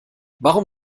warum